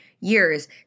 years